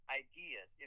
ideas